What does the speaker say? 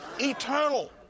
Eternal